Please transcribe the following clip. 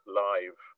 live